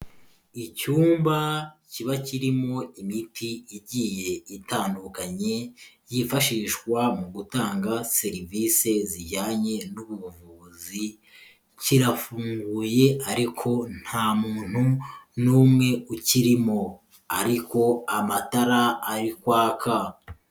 Icyumba kiba kirimo imiti igiye itandukanye yifashishwa mu gutanga serivisi zijyanye n'ubuvuzi kirafunguye, ariko nta muntu numwe ukirimo, ariko amatara ari kwaka.